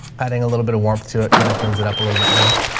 adding a little bit of warmth to it, kind of cleans it up a little bit more.